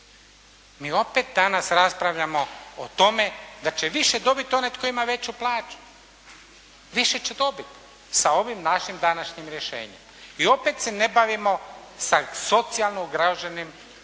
Mi opet danas raspravljamo o tome da će više dobiti onaj tko ima veću plaću. Više će dobiti sa ovim našim današnjim rješenjem. I opet se ne bavimo sa socijalno ugroženim